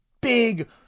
big